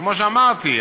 כמו שאמרתי,